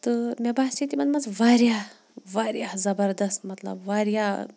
تہٕ مےٚ باسے تِمَن منٛز واریاہ واریاہ زبردَس مطلب واریاہ